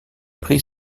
prix